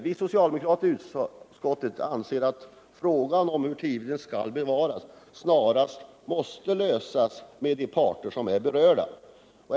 Vi socialdemokrater i utskottet anser att frågan om hur Tiveden skall bevaras snarast måste lösas tillsammans med de berörda parterna.